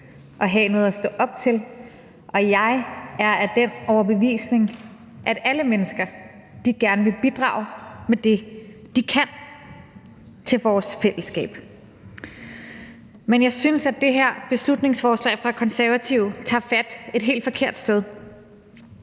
at have noget at stå op til, og jeg er af den overbevisning, at alle mennesker gerne vil bidrage med det, de kan, til vores fællesskab. Men jeg synes, at det her beslutningsforslag fra De Konservative tager fat et helt forkert sted,